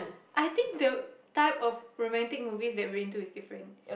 I think the type of romantic movies that we're into is different